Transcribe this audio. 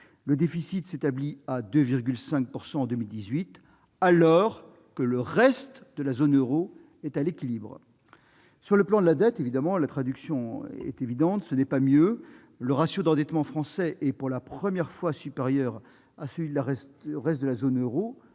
le déficit s'établit à 2,5 % en 2018, alors que le reste de la zone euro est à l'équilibre. Sur le plan de la dette, ce n'est pas mieux : le ratio d'endettement français est, pour la première fois, supérieur à celui du reste de la zone euro